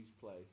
play